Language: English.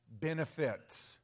benefits